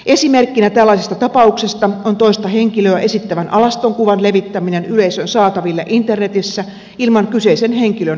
esimerkkinä tällaisesta tapauksesta on toista henkilöä esittävän alastonkuvan levittäminen yleisön saataville internetissä ilman kyseisen henkilön suostumusta